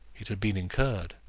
it had been incurred.